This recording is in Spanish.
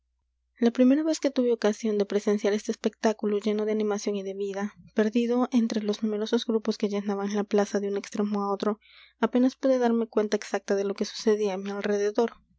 la primera vez que tuve ocasión de presenciar este espectáculo lleno de animación y de vida perdido entre los numerosos grupos que llenaban la plaza de un extremo á otro apenas pude darme cuenta exacta de lo que sucedía á mi alrededor